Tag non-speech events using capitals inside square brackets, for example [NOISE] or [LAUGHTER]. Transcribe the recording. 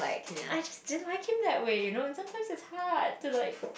[NOISE] I just didn't like him that way you know and sometimes it's hard to like